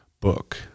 book